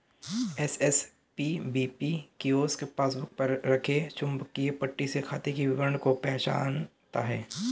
SSPBP kiosk passbook पर रखे चुंबकीय पट्टी से खाते के विवरण को पहचानता है